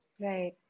Right